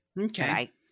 Okay